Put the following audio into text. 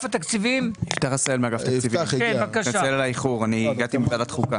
מתנצל על האיחור, הגעתי מוועדת חוקה.